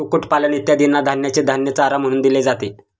कुक्कुटपालन इत्यादींना धान्याचे धान्य चारा म्हणून दिले जाते